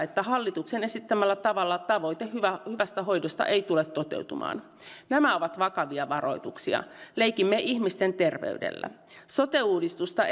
että hallituksen esittämällä tavalla tavoite hyvästä hoidosta ei tule toteutumaan nämä ovat vakavia varoituksia leikimme ihmisten terveydellä sote uudistusta